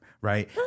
right